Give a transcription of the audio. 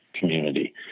community